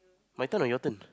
my turn or your turn